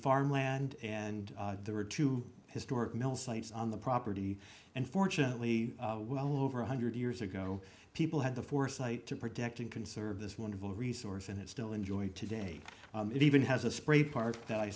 farmland and there were two historic mill sites on the property and fortunately well over one hundred years ago people had the foresight to protecting conserve this wonderful resource and it still enjoying today it even has a spray part that i